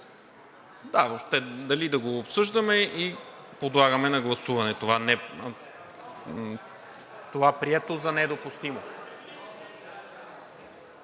Да, въобще дали да обсъждаме и подлагаме на гласуване това прието за недопустимо.